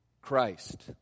Christ